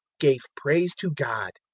gave praise to god.